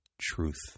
truth